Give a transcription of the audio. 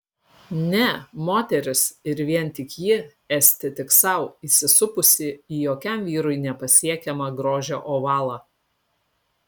ne moteris ir vien tik ji esti tik sau įsisupusi į jokiam vyrui nepasiekiamą grožio ovalą